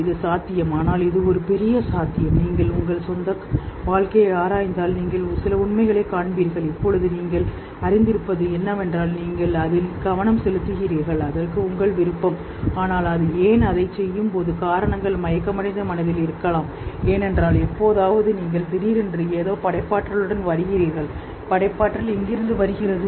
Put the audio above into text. இது சாத்தியம் ஆனால் இது ஒரு பெரிய சாத்தியம் நீங்கள் உங்கள் சொந்த வாழ்க்கையை ஆராய்ந்தால் நீங்கள் சில உண்மைகளைக் காண்பீர்கள் இப்போது நீங்கள் அறிந்திருப்பது என்னவென்றால் நீங்கள் அதில் கவனம் செலுத்துகிறீர்கள் அதற்கு உங்கள் விருப்பம் ஆனால் அது ஏன் அதைச் செய்யும்போது காரணங்கள் மயக்கமடைந்த மனதில் இருக்கலாம் ஏனென்றால் எப்போதாவது நீங்கள் திடீரென்று ஏதோ படைப்பாற்றலுடன் வருகிறீர்கள் படைப்பாற்றல் எங்கிருந்து வருகிறது